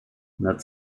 над